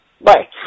Bye